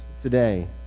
today